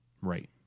right